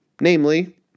namely